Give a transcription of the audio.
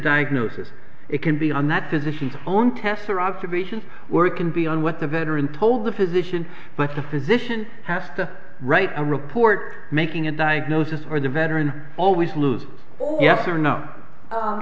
diagnosis it can be and that physicians own tests or observations where it can be on what the veteran told the physician but the physician has to write a report making a diagnosis or the veteran always lose yes or no